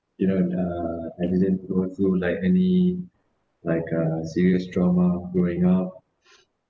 you know in uh I didn't go through like any like uh serious trauma growing up